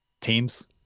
teams